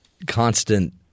constant